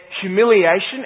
humiliation